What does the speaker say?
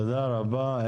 תודה רבה.